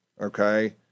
Okay